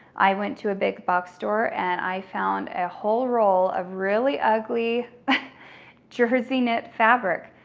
i went to a big-box store and i found a whole roll of really ugly jersey knit fabric,